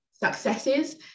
successes